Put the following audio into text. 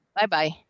Bye-bye